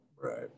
Right